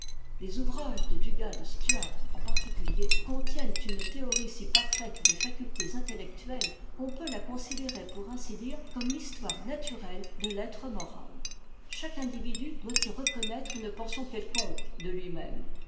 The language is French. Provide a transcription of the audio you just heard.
les ouvrages de dugald stuart en particulier contiennent une théorie si parfaite des facultés intellectuelles qu'on peut la considérer pour ainsi dire comme l'histoire naturelle de l'être moral chaque individu doit y reconnaître une portion quelconque de luimême